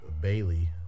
Bailey